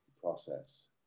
process